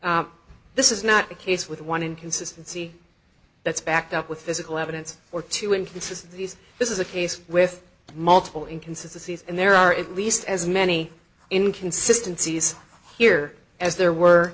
this is not the case with one inconsistency that's backed up with physical evidence or two inconsistent these this is a case with multiple inconsistency and there are at least as many in consistencies here as there were